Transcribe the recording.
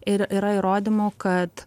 ir yra įrodymų kad